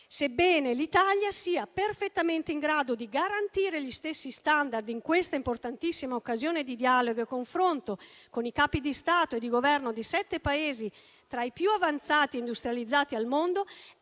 Sebbene l'Italia sia perfettamente in grado di garantire gli stessi *standard* in questa importantissima occasione di dialogo e confronto con i Capi di Stato e di Governo di sette Paesi tra i più avanzati e industrializzati al mondo,